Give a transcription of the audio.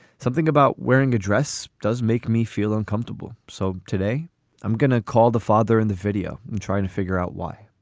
something about wearing a dress does make me feel uncomfortable. so today i'm going to call the father in the video and try and to figure out why